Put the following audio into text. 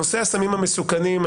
נושא הסמים המסוכנים.